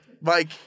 Mike